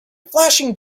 flashing